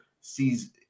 sees